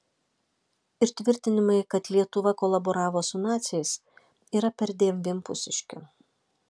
ir tvirtinimai kad lietuva kolaboravo su naciais yra perdėm vienpusiški